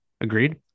Agreed